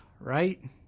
right